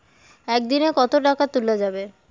একদিন এ কতো টাকা তুলা যাবে?